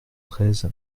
treize